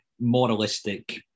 moralistic